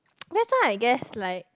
that's why I guess like